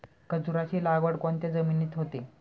खजूराची लागवड कोणत्या जमिनीत होते?